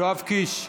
יואב קיש?